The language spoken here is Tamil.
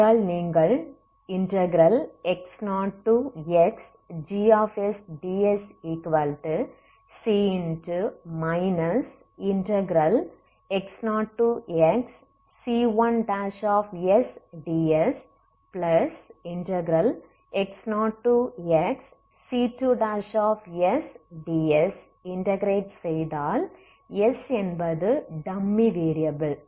ஆகையால் நீங்கள் x0xgdsc x0xc1sdsx0xc2sdsஇன்டகிரேட் செய்தால் s என்பது டம்மி வேரியபில்